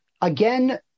Again